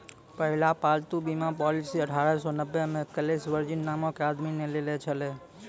पहिला पालतू बीमा पॉलिसी अठारह सौ नब्बे मे कलेस वर्जिन नामो के आदमी ने लेने छलै